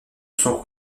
sont